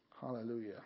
Hallelujah